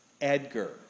Edgar